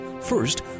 First